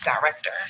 director